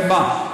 במה?